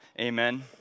Amen